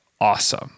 awesome